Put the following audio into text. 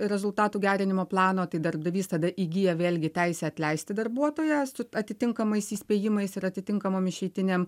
rezultatų gerinimo plano tai darbdavys tada įgyja vėlgi teisę atleisti darbuotoją su atitinkamais įspėjimais ir atitinkamom išeitinėm